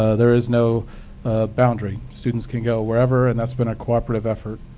ah there is no boundary. students can go wherever, and that's been a co-operative effort.